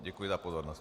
Děkuji za pozornost.